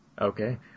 Okay